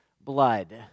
blood